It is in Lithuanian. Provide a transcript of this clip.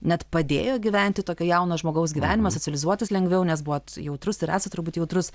net padėjo gyventi tokio jauno žmogaus gyvenimą socializuotis lengviau nes buvot jautrus ir esat turbūt jautrus